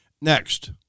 Next